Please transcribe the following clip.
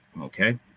Okay